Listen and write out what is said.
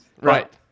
Right